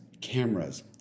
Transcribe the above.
cameras